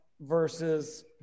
versus